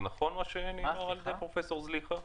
זה נכון מה שנאמר על ידי פרופסור זליכה?